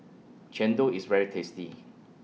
Chendol IS very tasty